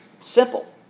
simple